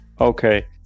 Okay